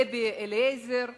דבי אליעזר,